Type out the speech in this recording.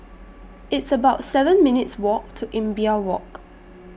It's about seven minutes' Walk to Imbiah Walk